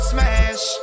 Smash